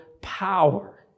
power